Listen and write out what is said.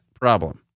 problem